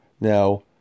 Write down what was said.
Now